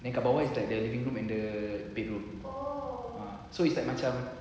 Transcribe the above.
then kat bawah is like the living room and the bedroom ah so it's like macam